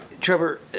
Trevor